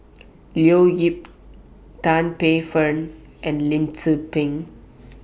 Leo Yip Tan Paey Fern and Lim Tze Peng